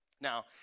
Now